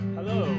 Hello